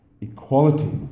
equality